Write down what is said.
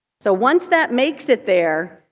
so once that makes it there,